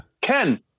Ken